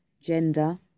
gender